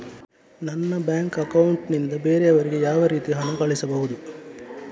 ನನ್ನ bank account ನಿಂದ ಬೇರೆಯವರಿಗೆ ಯಾವ ರೀತಿ ಹಣ ಕಳಿಸಬಹುದು?